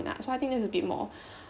so I think that's a bit more